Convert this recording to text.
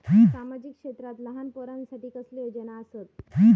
सामाजिक क्षेत्रांत लहान पोरानसाठी कसले योजना आसत?